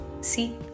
See